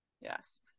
Yes